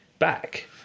back